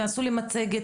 ועשו לי מצגת